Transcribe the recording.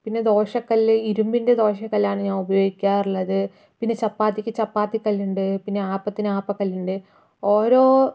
പിന്നെ ദോശക്കല്ല് ഇരുമ്പിന്റെ ദോശക്കല്ലാണ് ഞാൻ ഉപയോഗിക്കാറുള്ളത് പിന്നെ ചപ്പാത്തിക്ക് ചപ്പാത്തി കല്ലുണ്ട് പിന്നെ ആപ്പത്തിന് ആപ്പക്കലുണ്ട് ഓരോ